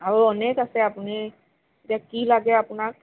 আৰু অনেক আছে আপুনি এতিয়া কি লাগে আপোনাক